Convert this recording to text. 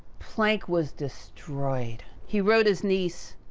planck was destroyed. he wrote his niece,